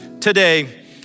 today